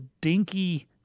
dinky